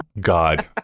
God